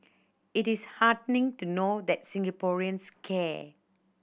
it is heartening to know that Singaporeans care